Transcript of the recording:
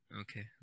Okay